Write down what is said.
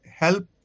Help